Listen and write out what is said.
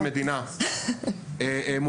מדינה,